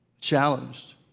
challenged